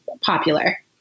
popular